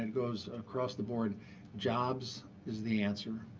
and goes across the board jobs is the answer.